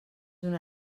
una